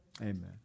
Amen